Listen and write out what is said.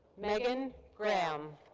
megan graham.